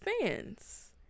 fans